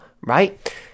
right